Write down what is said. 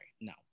no